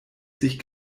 sich